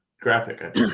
graphic